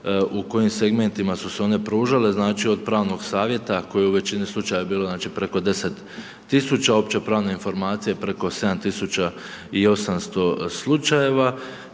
u kojim segmentima su se one pružale, znači od pravnog savjeta koji u većini slučajeva je bilo znači preko 10 000, opće pravne informacije preko 7800 slučajeva